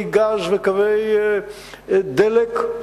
וקווי דלק,